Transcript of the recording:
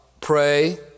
pray